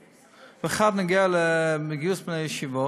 אחד נוגע לכשרות ואחד נוגע לגיוס בני ישיבות,